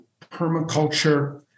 permaculture